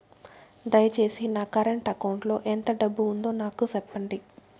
దయచేసి నా current account లో ఎంత డబ్బు ఉందో నాకు సెప్పండి